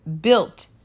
built